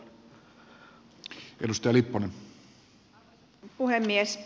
arvoisa puhemies